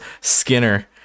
Skinner